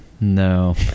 No